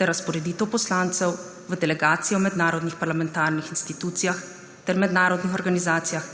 ter razporeditev poslancev v delegacije v mednarodnih parlamentarnih institucijah ter mednarodnih organizacijah